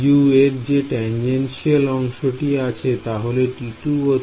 U এর যে tangential অংশটি আছে তাহলে T2 ও T3